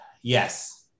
yes